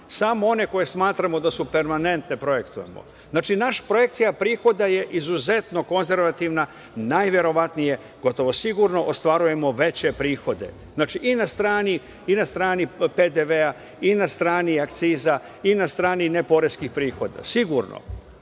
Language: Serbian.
samo one koje smatramo da su permanentne kad projektujemo. Znači, naša projekcija prihoda je izuzetno konzervativna, najverovatnije, gotovo sigurno ostvarujemo veće prihode, znači, i na strani PDV-a i na strani akciza i na strani neporeskih prihoda, sigurno.